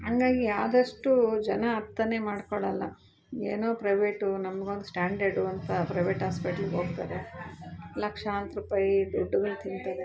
ಹಂಗಾಗಿ ಆದಷ್ಟು ಜನ ಅರ್ಥನೆ ಮಾಡ್ಕೊಳೋಲ್ಲ ಏನೊ ಪ್ರೈವೇಟ್ ನಮ್ಗೊಂದು ಸ್ಟ್ಯಾಂಡರ್ಡು ಅಂತ ಪ್ರೈವೇಟ್ ಹಾಸ್ಪಿಟ್ಲಿಗೆ ಹೋಗ್ತಾರೆ ಲಕ್ಷಾಂತ್ರ ರೂಪಾಯಿ ದುಡ್ಡುಗಳ ತಿಂತಾರೆ